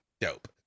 dope